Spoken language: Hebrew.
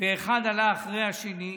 ואחד עלה אחרי השני,